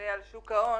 על שוק ההון